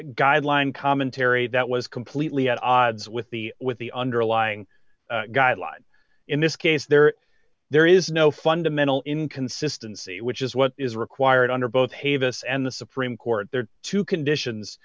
decision guideline commentary that was completely at odds with the with the underlying guideline in this case there there is no fundamental inconsistency which is what is required under both hey this and the supreme court there are two conditions